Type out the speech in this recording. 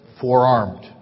Forearmed